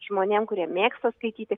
žmonėm kurie mėgsta skaityti